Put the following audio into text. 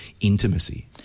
intimacy